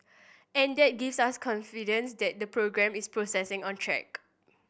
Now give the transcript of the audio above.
and that gives us confidence that the programme is processing on track